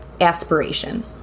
aspiration